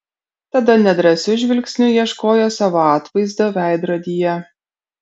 tada nedrąsiu žvilgsniu ieškojo savo atvaizdo veidrodyje